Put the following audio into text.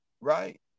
right